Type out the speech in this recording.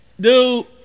Dude